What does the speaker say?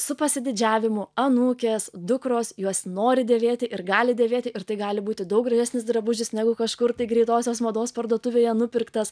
su pasididžiavimu anūkės dukros juos nori dėvėti ir gali dėvėti ir tai gali būti daug gražesnis drabužis negu kažkur tai greitosios mados parduotuvėje nupirktas